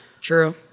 True